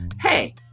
Hey